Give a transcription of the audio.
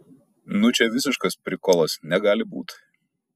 nu čia visiškas prikolas negali būt